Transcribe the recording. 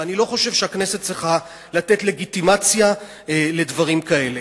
ואני לא חושב שהכנסת צריכה לתת לגיטימציה לדברים כאלה.